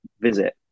visit